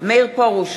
מאיר פרוש,